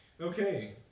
Okay